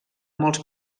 molts